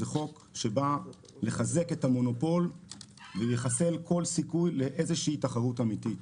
זה חוק שבא לחזק את המונופול ולחסל כל סיכוי לאיזושהי תחרות אמיתית.